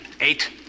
Eight